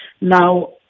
Now